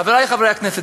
חברי חברי הכנסת,